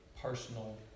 personal